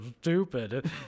stupid